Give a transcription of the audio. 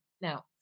Now